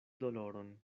doloron